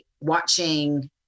watching